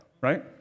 right